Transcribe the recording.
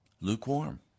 lukewarm